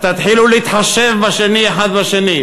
תתחילו להתחשב אחד בשני.